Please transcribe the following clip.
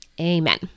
Amen